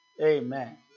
Amen